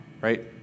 right